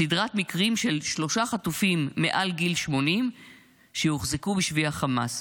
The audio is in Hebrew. סדרת מקרים של שלושה חטופים מעל גיל 80 שהוחזקו בשבי חמאס",